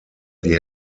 die